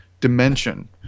dimension